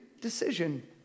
decision